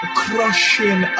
crushing